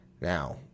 Now